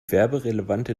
werberelevante